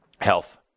Health